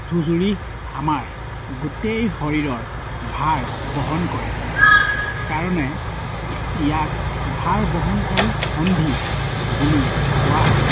আঁঠুযুৰি আমাৰ গোটেই শৰীৰৰ ভাৰ বহন কৰে কাৰণে ইয়াক ভাৰ বহনকাৰী সন্ধি বুলি কোৱা হয়